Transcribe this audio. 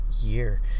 year